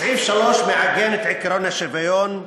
סעיף 3 מעגן את עקרון השוויון.